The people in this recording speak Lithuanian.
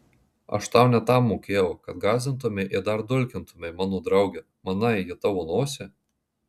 aš tau ne tam mokėjau kad gąsdintumei ir dar dulkintumei mano draugę manai ji tavo nosiai